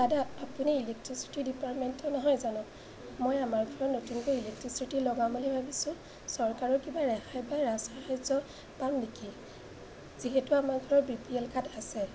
দাদা আপুনি ইলেক্ট্ৰিচিটি ডিপাৰ্টমেণ্টৰ নহয় জানো মই আমাৰ ঘৰত নতুনকৈ ইলেক্ট্ৰিচিটি লগাম বুলি ভাবিছোঁ চৰকাৰৰ কিবা ৰেহাই বা ৰাজ সাহাৰ্য পাম নেকি যিহেতু আমাৰ ঘৰৰ বি পি এল কাৰ্ড আছে